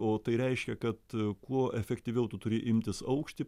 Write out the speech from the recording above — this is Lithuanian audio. o tai reiškia kad kuo efektyviau tu turi imtis aukštį